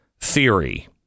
theory